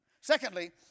Secondly